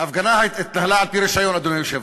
ההפגנה התנהלה על-פי רישיון, אדוני היושב-ראש,